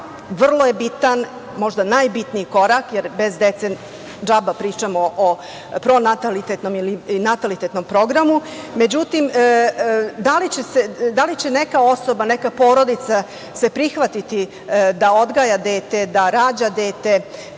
Vrlo je bitan, možda najbitniji korak, jer bez dece džaba pričamo o pronatalitetnom ili natalitetnom programu, međutim da li će neka osoba, neka porodica, se prihvatiti da odgaja dete, da rađa dete,